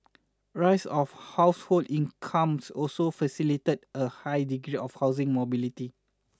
rise of household incomes also facilitated a high degree of housing mobility